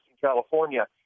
California